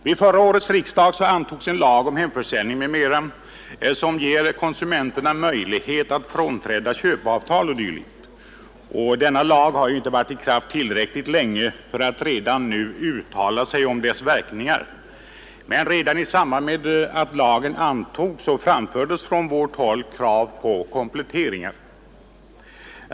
Vid förra årets riksdag antogs en lag om hemförsäljning m.m. som ger konsumenterna möjligheter att frånträda köpeavtal o.d. Denna lag har inte varit i kraft tillräckligt länge för att man redan nu skall kunna uttala sig om dess verkningar. Men i samband med att lagen antogs framfördes från vårt håll krav på kompletteringar.